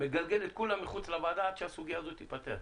מגלגל את כולם מחוץ לוועדה עד שהסוגיה הזו תיפתר.